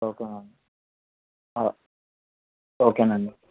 okay అండి okay అండి